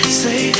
say